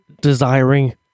desiring